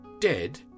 dead